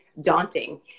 daunting